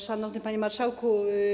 Szanowny Panie Marszałku!